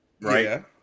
Right